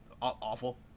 awful